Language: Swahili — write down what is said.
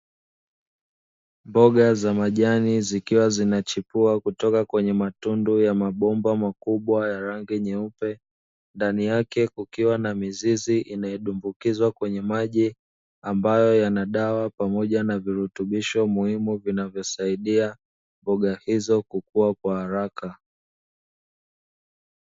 Mboga za majani zikiwa zinachipua, kutoka kwenye matundu ya mabomba makubwa ya rangi nyeupe, ndani yake kukiwa na mizizi inayodumbukizwa kwenye maji, ambayo yana dawa pamoja na virutubisho muhimu, vinavyosaidia mboga hizo kukua kwa haraka.